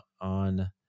on